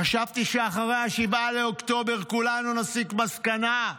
חשבתי שאחרי 7 באוקטובר כולנו נסיק מסקנה.